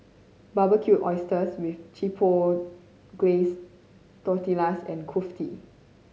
Barbecued Oysters with Chipotle Glaze Tortillas and Kulfi